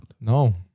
no